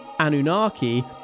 Anunnaki